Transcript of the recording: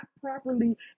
properly